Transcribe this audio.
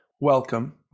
Welcome